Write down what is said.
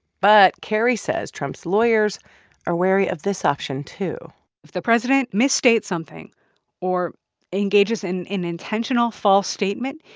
but carrie says trump's lawyers are wary of this option too if the president misstates something or engages in an intentional false statement,